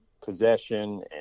possession